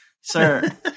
sir